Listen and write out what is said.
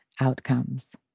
Outcomes